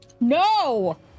No